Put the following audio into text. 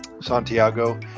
santiago